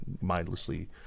mindlessly